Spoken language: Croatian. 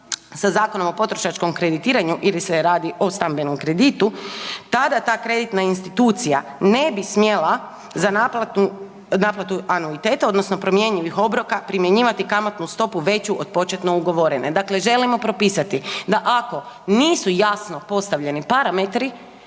sa Zakonom o potrošačkom kreditiranju ili se radi o stambenom kreditu, tada ta kreditna institucija ne bi smjela za naplatu anuiteta odnosno promjenjivih obroka, primjenjivati kamatnu stopu veću od početne ugovorene. Dakle, želimo propisati da ako nisu jasno postavljeni parametri